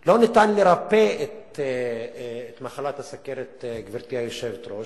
לא ניתן לרפא את מחלת הסוכרת, גברתי היושבת-ראש,